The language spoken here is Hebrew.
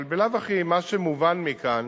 אבל בלאו הכי מה שמובן מכאן,